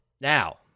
Now